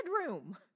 bedroom